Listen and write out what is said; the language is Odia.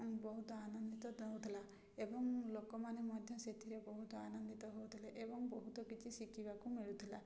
ବହୁତ ଆନନ୍ଦିତ ହେଉଥିଲା ଏବଂ ଲୋକମାନେ ମଧ୍ୟ ସେଥିରେ ବହୁତ ଆନନ୍ଦିତ ହେଉଥିଲେ ଏବଂ ବହୁତ କିଛି ଶିଖିବାକୁ ମିଳୁଥିଲା